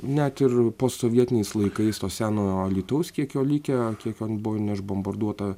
net ir postsovietiniais laikais to seno alytaus kiek jo likę kiek ten buvo neišbombarduota